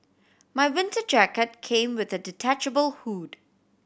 my winter jacket came with a detachable hood